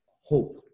hope